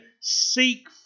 seek